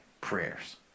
prayers